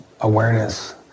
awareness